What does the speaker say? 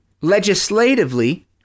legislatively